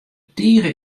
tige